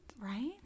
Right